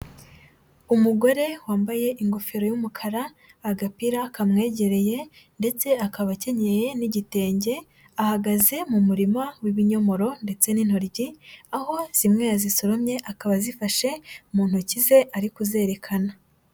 Umugore wambaye ingofero y'umukara, agapira kamwegereye ndetse akaba akenyeye n'igitenge, ahagaze mu murima w'ibinyomoro ndetse n'intoryi, aho zimwe yazisoromye akaba azifashe mu ntoki ze ari kuzerekana.